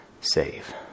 save